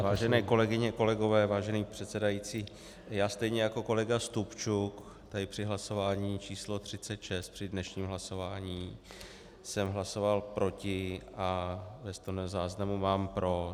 Vážené kolegyně, kolegové, vážený pane předsedající, já stejně jako kolega Stupčuk při hlasování číslo 36 při dnešním hlasování jsem hlasoval proti a ve stenozáznamu mám pro.